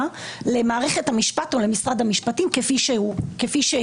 למערכת המשפט או למשרד המשפטים כפי שהם,